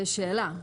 כשאלה.